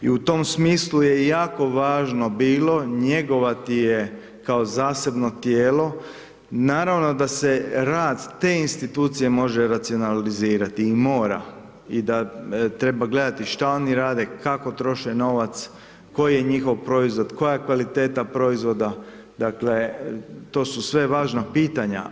I u tom smislu je jako važno bilo njegovati je kao zasebno tijelo, naravno da se rad te institucije može racionalizirati, i mora i da treba gledati šta oni rade, kako troše novac, koji je njihov proizvod, koja je kvaliteta proizvoda, dakle, to su sve važna pitanja.